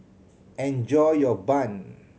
enjoy your bun